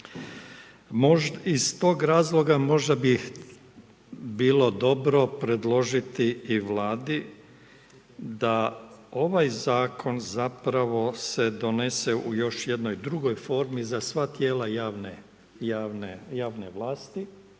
Iz tog razloga možda bi bilo dobro predložiti i Vladi da ovaj Zakon zapravo se donese u još jednoj drugoj formi za sva tijela javne vlasti,